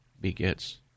begets